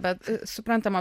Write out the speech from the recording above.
bet suprantama